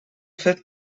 fet